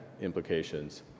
implications